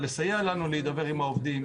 לסייע לנו להידבר עם העובדים.